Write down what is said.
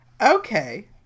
okay